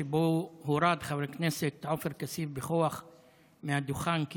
שבו הורד חבר הכנסת עופר כסיף בכוח מהדוכן כי